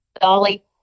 Dolly